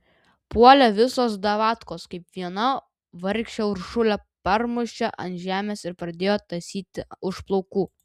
puolė visos davatkos kaip viena vargšę uršulę parmušė ant žemės ir pradėjo tąsyti už plaukų